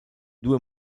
due